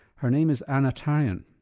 her name is anna tharyan.